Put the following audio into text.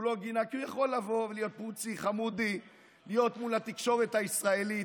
הוא לא גינה כי הוא יכול לבוא ולהיות פוצי-חמודי מול התקשורת הישראלית,